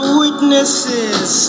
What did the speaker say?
witnesses